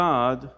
God